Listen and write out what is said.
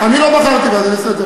אני לא בחרתי בה, זה בסדר.